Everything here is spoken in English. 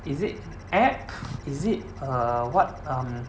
is it app is it err what um